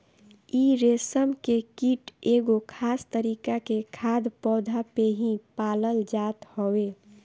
इ रेशम के कीट एगो खास तरीका के खाद्य पौधा पे ही पालल जात हवे